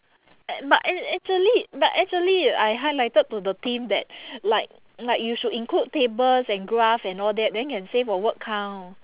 a~ but a~ actually but actually I highlighted to the team that like like you should include tables and graph and all that then can save on word count